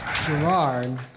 Gerard